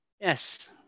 yes